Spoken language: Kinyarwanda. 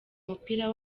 mupira